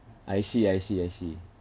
I see I see I see